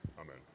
Amen